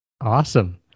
awesome